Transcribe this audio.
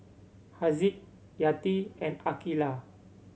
Haziq Yati and Aqeelah